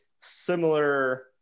similar